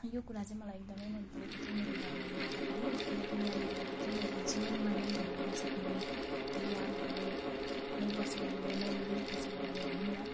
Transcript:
यो कुरा चाहिँ एकदम मन परेको थियो मेरो भ्रमण गर्दाखेरि किनकि यहाँनिरबाट चाहिँ मैले जीवनमा नै भुल्न नसकिने यादहरू नै बसेर मेमोरिस बसेर गयो भनौँ न